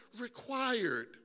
required